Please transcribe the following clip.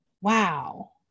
wow